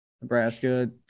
Nebraska